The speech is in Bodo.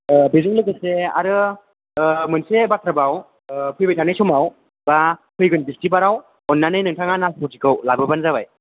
अ बेजों लोगोसे आरो मोनसे बाथ्राबाव फैबाय थानाय समाव एबा फैगोन बिस्तिबाराव अननानै नोंथाङा नासप'तिखौ लाबोबानो जाबाय